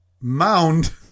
mound